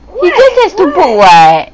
he just has to book [what]